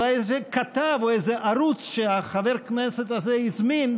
אולי איזה כתב או איזה ערוץ שחבר הכנסת הזה הזמין,